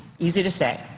easy to say.